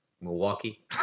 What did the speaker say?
Milwaukee